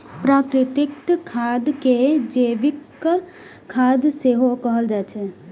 प्राकृतिक खाद कें जैविक खाद सेहो कहल जाइ छै